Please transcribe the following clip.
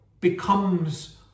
becomes